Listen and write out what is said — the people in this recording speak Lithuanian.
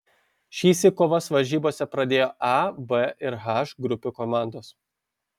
šįsyk kovas varžybose pradėjo a b ir h grupių komandos